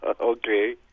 Okay